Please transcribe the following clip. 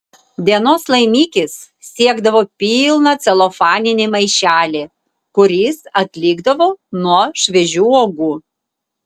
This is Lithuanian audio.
dienos laimikis siekdavo pilną celofaninį maišelį kuris atlikdavo nuo šviežių uogų